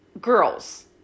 girls